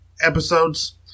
episodes